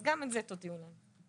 אז גם את זה תודיעו להם.